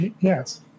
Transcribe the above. Yes